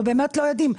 אנחנו באמת לא יודעים.